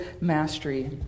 mastery